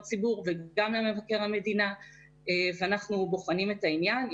ציבור וגם אל מבקר המדינה ואנחנו בוחנים את העניין.